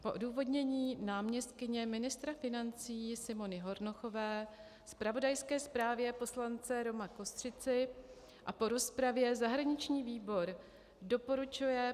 Po odůvodnění náměstkyně ministra financí Simony Hornochové, zpravodajské zprávě poslance Roma Kostřici a po rozpravě zahraniční výbor doporučuje